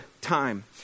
time